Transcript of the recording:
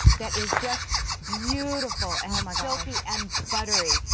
that is just beautiful. and um silky, and buttery.